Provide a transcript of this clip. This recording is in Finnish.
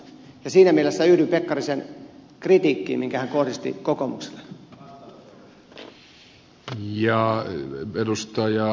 siinä mielessä yhdyn pekkarisen kritiikkiin minkä hän kohdisti kokoomukselle